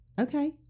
okay